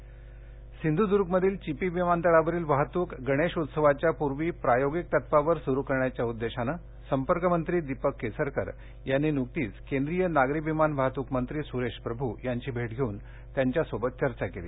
चिपी उड्डाण सिंधुदुर्गमधील चिपी विमानतळावरील वाहतूक गणेश उत्सवाच्या पूर्वी प्रायोगिक तत्वावर सुरु करण्याच्या उद्देशानं संपर्क मंत्री दीपक केसरकर यांनी नुकतीच केंद्रीय नागरी विमान वाहतूक मंत्री सुरेश प्रभू यांची भेट घेऊन त्यांच्यासोबत चर्चा केली